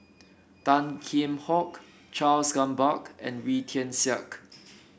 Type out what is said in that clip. Tan Kheam Hock Charles Gamba and Wee Tian Siak